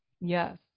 Yes